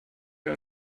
wir